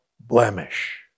blemish